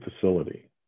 facility